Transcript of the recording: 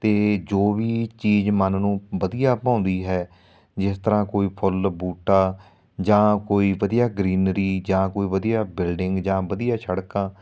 ਅਤੇ ਜੋ ਵੀ ਚੀਜ਼ ਮਨ ਨੂੰ ਵਧੀਆ ਭਾਉਂਦੀ ਹੈ ਜਿਸ ਤਰ੍ਹਾਂ ਕੋਈ ਫੁੱਲ ਬੂਟਾ ਜਾਂ ਕੋਈ ਵਧੀਆ ਗਰੀਨਰੀ ਜਾਂ ਕੋਈ ਵਧੀਆ ਬਿਲਡਿੰਗ ਜਾਂ ਵਧੀਆ ਸੜਕਾਂ